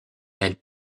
elle